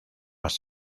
más